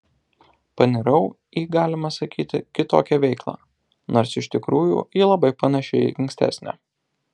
panirau į galima sakyti kitokią veiklą nors iš tikrųjų ji labai panaši į ankstesnę